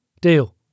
Deal